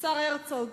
השר הרצוג.